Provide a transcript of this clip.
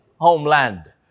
homeland